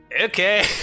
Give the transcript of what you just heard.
Okay